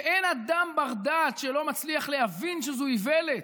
ואין אדם בר-דעת שלא מצליח להבין שזאת איוולת.